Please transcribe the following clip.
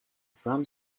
drum